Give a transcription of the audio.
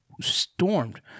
stormed